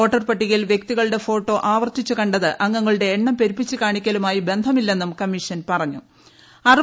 വോട്ടർപട്ടികയിൽ വൃക്തികളുടെ ഫോട്ടോ ആവർത്തിച്ചു കണ്ടത് അംഗങ്ങളുടെ എണ്ണം പെരുപ്പിച്ച് കാണിക്കലുമായി ബന്ധമില്ലെന്നും കമ്മീഷൻ പറഞ്ഞു